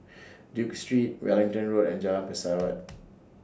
Duke Street Wellington Road and Jalan Pesawat